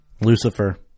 Lucifer